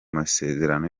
masezerano